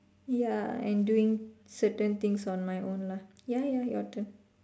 ya and doing certain things on my own lah ya ya your turn